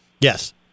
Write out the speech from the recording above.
Yes